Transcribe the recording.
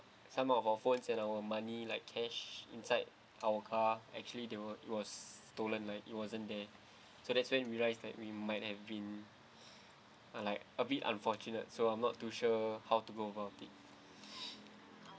some of our phones and our money like cash inside our car actually they were it was stolen like it wasn't there so that's when we realised that we might have been uh like a bit unfortunate so I'm not too sure how to go about it